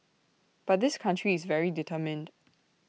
but this country is very determined